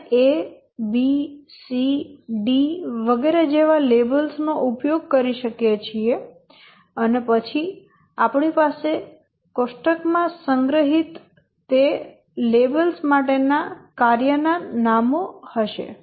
આપણે A B C D વગેરે જેવા લેબલ્સ નો ઉપયોગ કરી શકીએ છીએ અને પછી આપણી પાસે કોષ્ટક માં સંગ્રહિત તે લેબલ્સ માટે કાર્ય ના નામો હશે